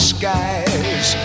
skies